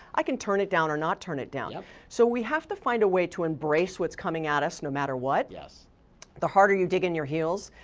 i can turn it down or not turn it down. yup. so we have to find a way to embrace what's coming at us no matter what. the harder you dig in your heels,